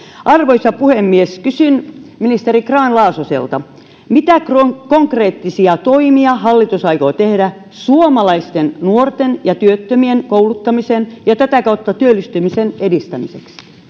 arvoisa puhemies kysyn ministeri grahn laasoselta mitä konkreettisia toimia hallitus aikoo tehdä suomalaisten nuorten ja työttömien kouluttamisen ja tätä kautta työllistymisen edistämiseksi